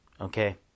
okay